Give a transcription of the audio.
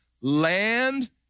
Land